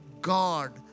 God